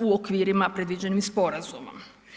u okvirima predviđenim sporazumom.